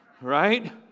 right